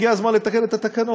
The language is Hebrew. הגיע הזמן לתקן את התקנון.